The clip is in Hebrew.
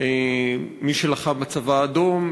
מי שלחם בצבא האדום,